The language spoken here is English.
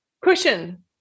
Cushion